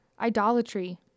idolatry